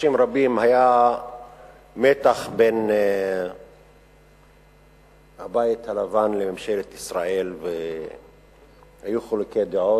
חודשים רבים היה מתח בין הבית הלבן לממשלת ישראל והיו חילוקי דעות.